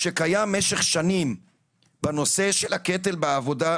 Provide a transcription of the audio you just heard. שקיים במשך שנים בנושא של הקטל בעבודה,